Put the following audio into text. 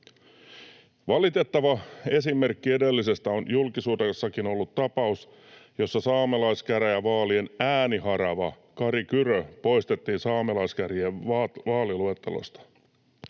Valitettava esimerkki edellisestä on julkisuudessakin ollut tapaus, jossa saamelaiskäräjävaalien ääniharava Kari Kyrö poistettiin saamelaiskäräjien vaaliluettelosta.